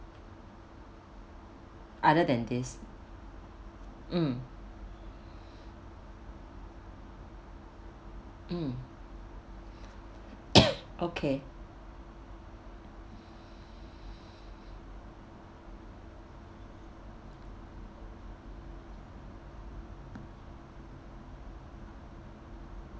other than this mm mm okay